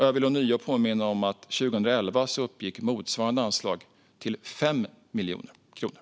Jag vill även ånyo påminna om att motsvarande anslag 2011 uppgick till 5 miljoner kronor.